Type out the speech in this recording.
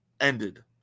ended